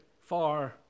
far